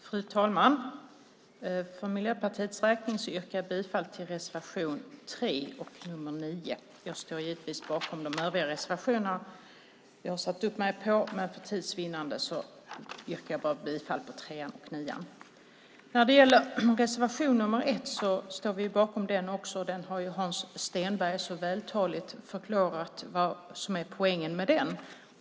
Fru talman! För Miljöpartiets räkning yrkar jag bifall till reservationerna 3 och 9 och står givetvis bakom de övriga reservationer jag har satt upp mig på, men för tids vinnande yrkar jag bifall till bara trean och nian. Reservation 1 står vi också bakom. Hans Stenberg har vältaligt förklarat vad som är poängen med den.